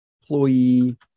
employee